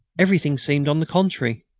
everything seemed, on the contrary,